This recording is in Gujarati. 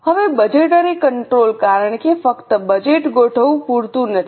હવે બજેટરી કંટ્રોલ કારણ કે ફક્ત બજેટ ગોઠવવું પૂરતું નથી